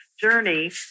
journey